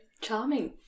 charming